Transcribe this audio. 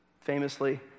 Famously